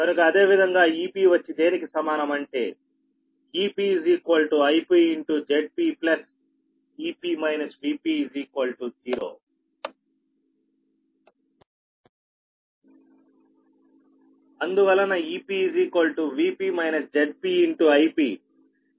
కనుక అదే విధంగా Ep వచ్చి దేనికి సమానం అంటే Ep Ip Zp Ep Vp0 అందువలన EpVp Zp Ip